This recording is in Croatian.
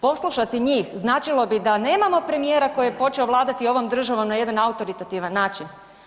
Poslušati njih značilo bi da nemamo premijera koji je počeo vladati ovom državom na jedan autoritativan način.